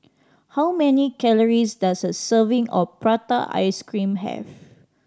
how many calories does a serving of prata ice cream have